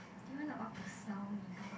do you wanna off the sound maybe